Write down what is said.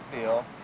feel